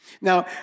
Now